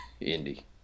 Indy